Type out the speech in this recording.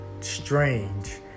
strange